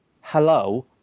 hello